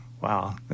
wow